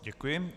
Děkuji.